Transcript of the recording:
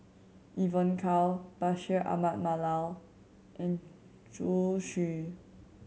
Evon Kow Bashir Ahmad Mallal and Zhu Xu